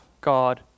God